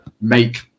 make